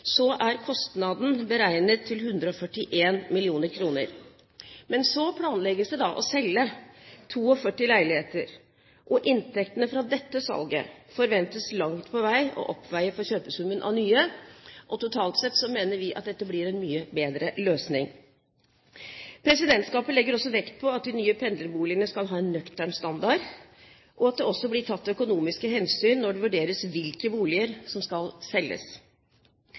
er kostnaden beregnet til 141 mill. kr. Det planlegges å selge 42 leiligheter, og inntektene fra dette salget forventes langt på vei å oppveie for kjøpesummen av nye. Totalt sett mener vi at dette blir en mye bedre løsning. Presidentskapet legger vekt på at de nye pendlerboligene skal ha en nøktern standard, og at det også blir tatt økonomiske hensyn når det vurderes hvilke boliger som skal selges.